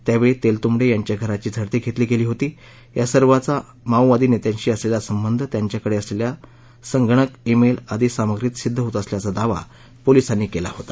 त्यावेळीतेलतुंबडे यांच्या घराची झडती घेतली गेली होती यासर्वाचा माओवादी नेत्यांशी असलेला संबंध त्याच्याकडे असलेल्या संगणक ईमेल आदि सामग्रीत सिद्ध होत असल्याचा दावा पोलिसांनी केला आहे